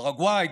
פרגוואי,